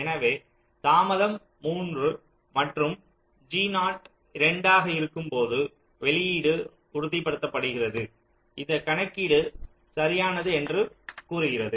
எனவே தாமதம் 3 மற்றும் g நாட் 2 ஆக இருக்கும் போது வெளியீடு உறுதிப்படுத்தப்படுகிறது இந்த கணக்கீடு சரியானது என்று கூறுகிறது